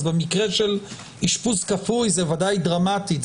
אז במקרה של אשפוז כפוי זה ודאי דרמטית,